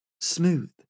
smooth